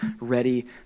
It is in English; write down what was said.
ready